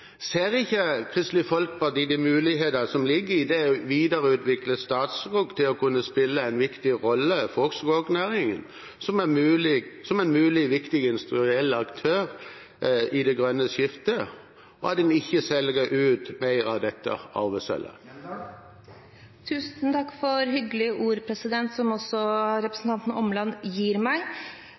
Ser ikke Kristelig Folkeparti de muligheter som ligger i å videreutvikle Statskog til å kunne spille en viktig rolle for skognæringen som en mulig viktig industriell aktør i det grønne skiftet, og at vi ikke bør selge ut mer av dette arvesølvet? Tusen takk for hyggelige ord som representanten Omland gir meg.